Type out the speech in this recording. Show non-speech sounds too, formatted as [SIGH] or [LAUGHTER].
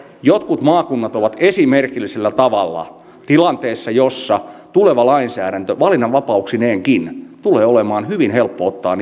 jotkut maakunnat ovat esimerkillisellä tavalla tilanteessa jossa tuleva lainsäädäntö valinnanvapauksineenkin tulee olemaan hyvin helppo ottaa [UNINTELLIGIBLE]